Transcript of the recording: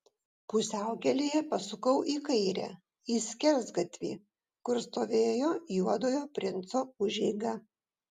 pusiaukelėje pasukau į kairę į skersgatvį kur stovėjo juodojo princo užeiga